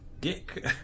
dick